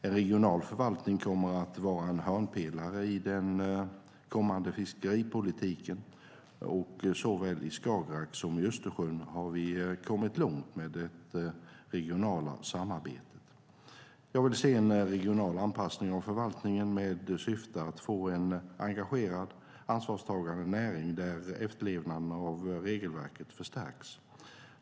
En regional förvaltning kommer att vara en hörnpelare i den kommande fiskeripolitiken, och såväl i Skagerrak som i Östersjön har vi kommit långt med det regionala samarbetet. Jag vill se en regional anpassning av förvaltningen med syftet att få en engagerad, ansvarstagande näring där efterlevnaden av regelverket förstärks.